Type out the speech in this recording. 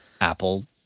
Apple